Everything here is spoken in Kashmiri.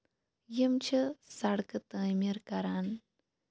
یِم چھِ سَڑکہٕ تٲمیٖر کران